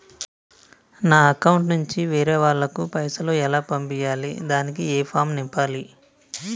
నా అకౌంట్ నుంచి వేరే వాళ్ళకు పైసలు ఎలా పంపియ్యాలి దానికి ఏ ఫామ్ నింపాలి?